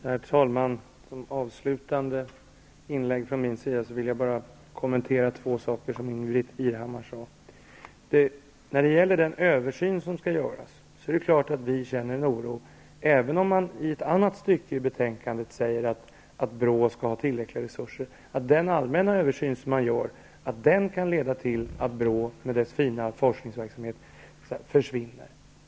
Herr talman! I mitt avslutande inlägg vill jag bara kommentera två saker som Ingbritt Irhammar sade. När det gäller den översyn som skall göras är det klart att vi känner en oro, även om man i ett annat stycke i betänkandet säger att BRÅ skall ha tillräckliga resurser. Vi är oroliga för att den allmänna översynen kan leda till att BRÅ med dess fina forskningsverksamhet försvinner.